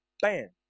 bam